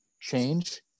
change